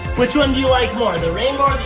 which ones do you like more? the rainbow